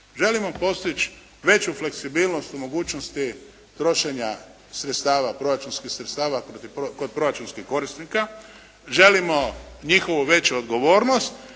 Želimo postići veću fleksibilnost u mogućnosti trošenja sredstava, proračunskih sredstava kod proračunskih korisnika, želimo njihovu veću odgovornost,